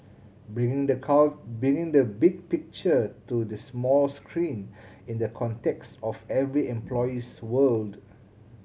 bring the bringing the big picture to the small screen in the context of every employee's world